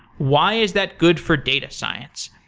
why is that good for data science?